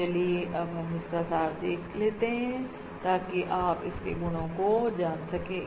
तो चलिए अब हम इसका सार देख लेते हैं ताकि आप इसके गुणों को जान सके